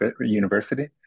University